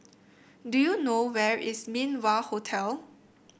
do you know where is Min Wah Hotel